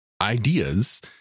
ideas